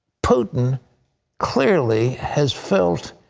putin clearly has felt